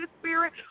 Spirit